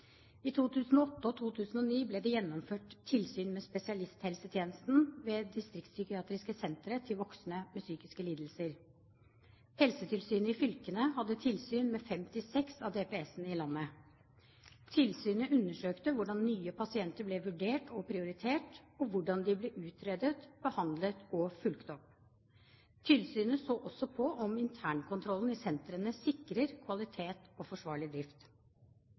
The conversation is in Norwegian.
I 2008 og 2009 ble det gjennomført tilsyn med spesialisthelsetjenesten ved distriktspsykiatriske sentre til voksne med psykiske lidelser. Helsetilsynet i fylkene hadde tilsyn ved 56 av DPS-ene i landet. Tilsynet undersøkte hvordan nye pasienter ble vurdert og prioritert, og hvordan de ble utredet, behandlet og fulgt opp. Tilsynet så også på om internkontrollen i sentrene sikrer kvalitet og forsvarlig drift.